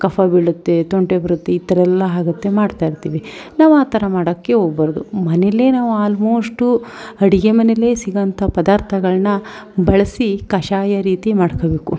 ಕಫ ಬೀಳುತ್ತೆ ತೊಂಟೆ ಬರುತ್ತೆ ಈ ಥರಯೆಲ್ಲ ಆಗುತ್ತೆ ಮಾಡ್ತಾಯಿರ್ತೀವಿ ನಾವು ಆ ಥರ ಮಾಡೋಕ್ಕೆ ಹೋಗ್ಬಾರ್ದು ಮನೆಯಲ್ಲೇ ನಾವು ಆಲ್ಮೋಸ್ಟು ಅಡುಗೆ ಮನೆಯಲ್ಲೇ ಸಿಗುವಂಥ ಪದಾರ್ಥಗಳ್ನ ಬಳಸಿ ಕಷಾಯ ರೀತಿ ಮಾಡ್ಕೋಬೇಕು